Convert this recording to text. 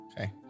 Okay